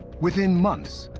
within months,